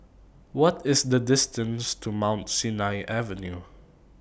What IS The distance to Mount Sinai Avenue